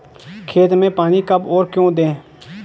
खेत में पानी कब और क्यों दें?